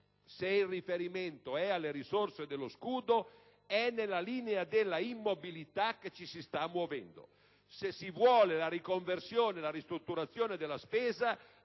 se il riferimento è alle risorse dello scudo, è nella linea dell'immobilità che ci si sta muovendo. Se si vuole la riconversione e la ristrutturazione della spesa,